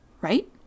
Right